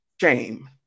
shame